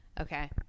Okay